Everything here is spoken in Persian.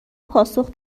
پاسخ